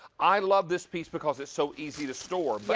i love this piece because it's so easy to store, but